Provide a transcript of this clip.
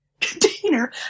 container